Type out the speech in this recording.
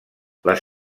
les